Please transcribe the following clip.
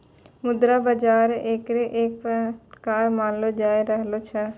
मुद्रा बाजार एकरे एक प्रकार मानलो जाय रहलो छै